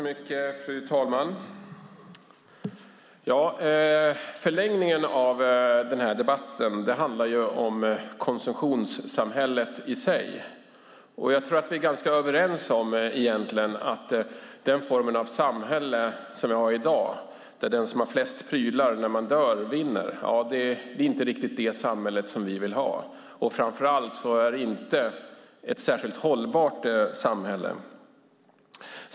Fru talman! Förlängningen av den här debatten handlar ju om konsumtionssamhället i sig. Jag tror att vi egentligen är ganska överens om att den formen av samhälle som vi har i dag, där den som har flest prylar när den dör vinner, inte riktigt är det samhälle som vi vill ha. Framför allt är det inte ett särskilt hållbart samhälle.